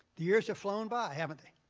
the years have flown by, haven't they?